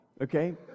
okay